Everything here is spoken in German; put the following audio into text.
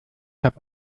habe